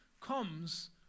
comes